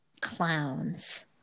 clowns